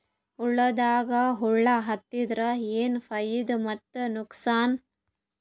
ಹೊಲದಾಗ ಹುಳ ಎತ್ತಿದರ ಏನ್ ಫಾಯಿದಾ ಮತ್ತು ನುಕಸಾನ?